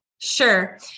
Sure